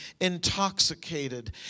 intoxicated